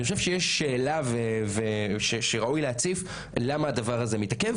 אני חושב שיש שאלה שגם כן ראוי להציף לגבי למה הדבר הזה מתעכב